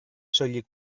soilik